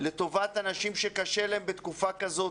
לטובת אנשים שקשה להם בתקופה כזו